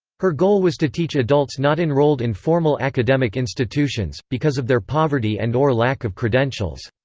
her goal was to teach adults not enrolled in formal academic institutions, because of their poverty and or lack of credentials.